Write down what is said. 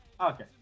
Okay